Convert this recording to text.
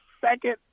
second